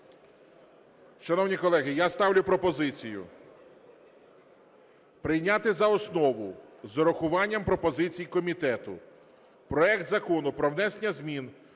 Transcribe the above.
Шановні колеги, я ставлю пропозицію прийняти за основу з урахуванням пропозицій комітету проект Закону про внесення змін